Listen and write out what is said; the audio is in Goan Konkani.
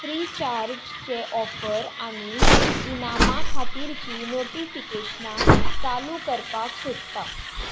फ्री चार्ज चे ऑफर आनी इनामां खातीरचीं नोटीफिकेशनां चालू करपाक सोदता